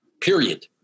period